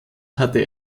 hatte